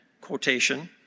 quotation